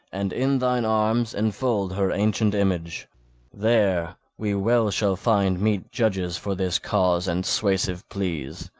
and in thine arms enfold her ancient image there we well shall find meet judges for this cause and suasive pleas,